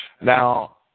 Now